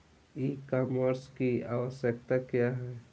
ई कॉमर्स की आवशयक्ता क्या है?